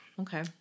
Okay